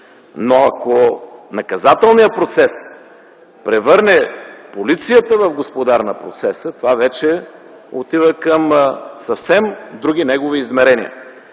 Ако наказателният процес превърне полицията в господар на процеса, това вече отива към съвсем други негови измерения.